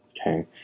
Okay